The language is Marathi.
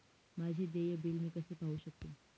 माझे देय बिल मी कसे पाहू शकतो?